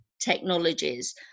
Technologies